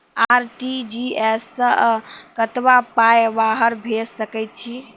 RTGS सअ कतबा पाय बाहर भेज सकैत छी?